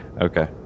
Okay